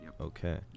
Okay